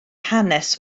hanes